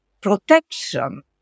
protection